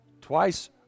twice